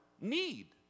need